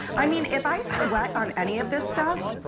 i mean, if i sweat on any of this stuff,